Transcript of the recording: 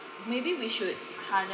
maybe we should harness